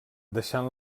deixant